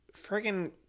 friggin